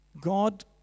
God